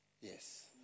Yes